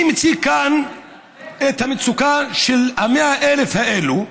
אני מציג כאן את המצוקה של 100,000 האזרחים האלה,